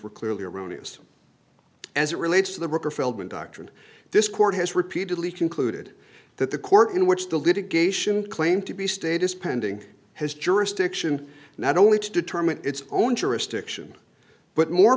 were clearly erroneous as it relates to the worker feldman doctrine this court has repeatedly concluded that the court in which the litigation claim to be state is pending has jurisdiction not only to determine its own jurisdiction but more